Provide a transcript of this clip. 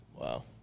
Wow